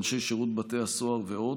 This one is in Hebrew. אנשי שירות בתי הסוהר ועוד,